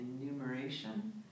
enumeration